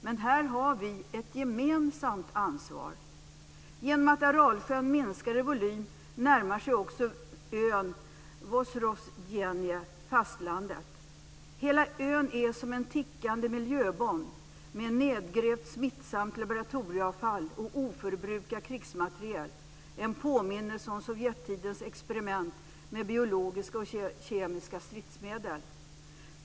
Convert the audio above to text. Men här har vi ett gemensamt ansvar. Genom att Aralsjön minskar i volym närmar sig också ön Vozrozhdeniye fastlandet. Hela ön är som en tickande miljöbomb med nedgrävt smittsamt laboratorieavfall och oförbrukad krigsmateriel, en påminnelse om Sovjettidens experiment med biologiska och kemiska stridsmedel.